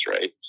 Right